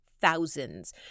thousands